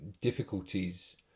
difficulties